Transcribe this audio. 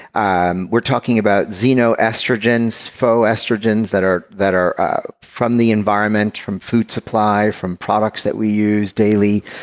and we're talking about xenoestrogens faux estrogens that are that are from the environment, from food supply, from products that we use daily.